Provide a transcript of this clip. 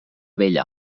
vella